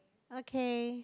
okay